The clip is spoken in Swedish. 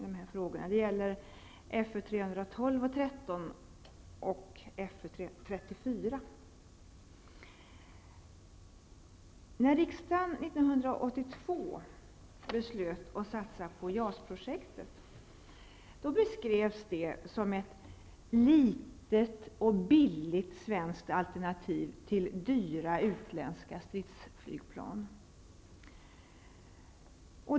Det gäller motionerna Fö312, 313 och projektet beskrevs det som ett litet och billigt svenskt alternativ till dyra utländska stridsflygplan.